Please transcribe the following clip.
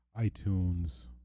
iTunes